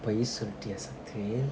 பொய்சொல்லிட்டியா:pooi sollitdiya sakthivel